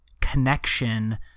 connection